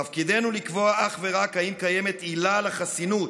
תפקידנו לקבוע אך ורק אם קיימת עילה לחסינות,